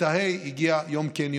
כיתה ה' הגיעה יום כן,